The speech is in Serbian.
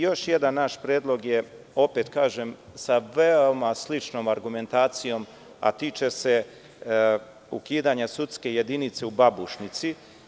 Još jedan naš predlog je, opet kažem, sa veoma sličnom argumentacijom, a tiče se ukidanja sudske jedinice u Babušnici.